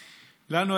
לנו,